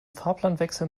fahrplanwechsel